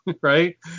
right